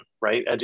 right